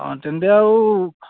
অঁ তেন্তে আৰু